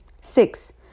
Six